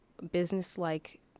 business-like